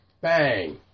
bang